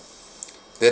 then